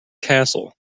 castle